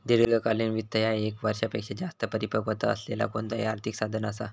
दीर्घकालीन वित्त ह्या ये क वर्षापेक्षो जास्त परिपक्वता असलेला कोणताही आर्थिक साधन असा